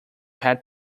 had